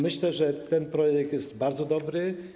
Myślę, że ten projekt jest bardzo dobry.